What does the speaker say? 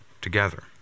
together